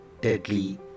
deadly